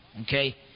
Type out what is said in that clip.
Okay